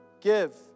give